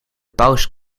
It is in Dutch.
paus